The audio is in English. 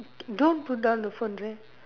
don't put down the phone right